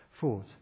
fought